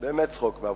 באמת, צחוק מהעבודה.